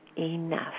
enough